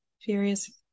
furious